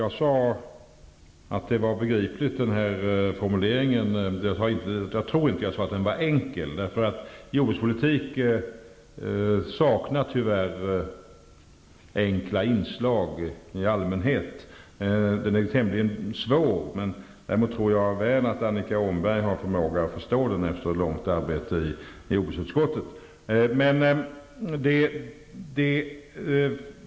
Fru talman! Jag sade att den här formuleringen var begriplig, men jag tror inte att jag sade att den var enkel. Jordbrukspolitik saknar tyvärr enkla inslag i allmänhet och är tämligen svår. Däremot tror jag väl att Annika Åhnberg har förmåga att förstå den, efter långvarigt arbete i jordbruksutskottet.